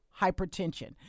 Hypertension